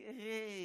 תראה,